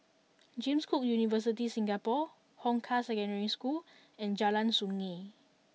James Cook University Singapore Hong Kah Secondary School and Jalan Sungei